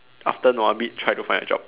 after nua a bit try to find a job